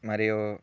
మరియు